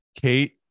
Kate